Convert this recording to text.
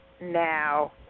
now